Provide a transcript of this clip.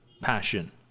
passion